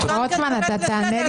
רוטמן, תענה לי.